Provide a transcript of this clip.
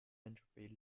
entropy